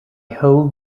hold